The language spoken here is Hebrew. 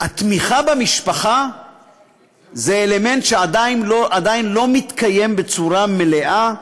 התמיכה במשפחה היא אלמנט שעדיין לא מתקיים בצורה מלאה בצה"ל,